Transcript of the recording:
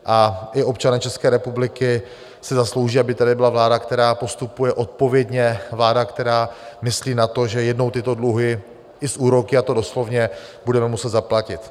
A i občané České republiky si zaslouží, aby tady byla vláda, která postupuje odpovědně, vláda, která myslí na to, že jednou tyto dluhy i s úroky a to doslovně budeme muset zaplatit.